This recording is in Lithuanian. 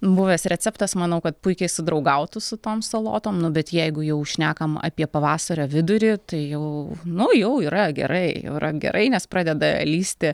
buvęs receptas manau kad puikiai sudraugautų su tom salotom nu bet jeigu jau šnekam apie pavasario vidurį tai jau nu jau yra gerai jau yra gerai nes pradeda lįsti